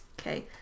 okay